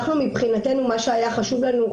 מבחינתנו מה שהיה חשוב לנו,